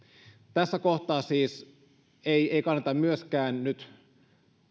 tässä kohtaa siis ei ei kannata myöskään nyt